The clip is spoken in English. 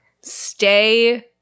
Stay